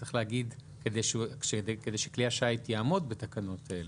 צריך להגיד כדי שכלי השיט יעמוד בתקנות האלה.